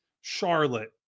Charlotte